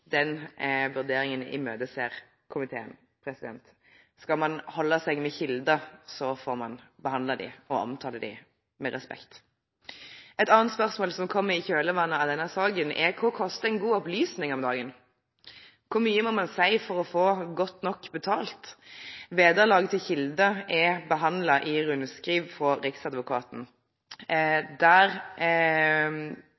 Den vurderingen imøteser komiteen. Skal man holde seg med kilder, får man behandle og omtale dem med respekt. Et annet spørsmål som kommer i kjølvannet av denne saken, er: Hva koster en god opplysning om dagen? Hvor mye må man si for å få godt nok betalt? Vederlaget til kilder er behandlet i rundskriv fra Riksadvokaten.